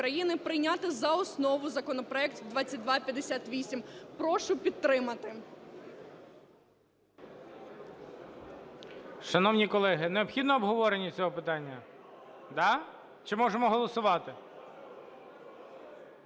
прийняти за основу законопроект 2258. Прошу підтримати.